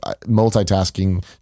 multitasking